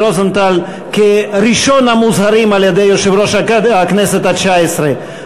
רוזנטל כראשון המוזהרים על-ידי יושב-ראש הכנסת התשע-עשרה.